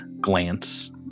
glance